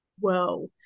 Whoa